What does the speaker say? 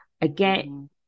Again